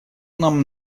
нам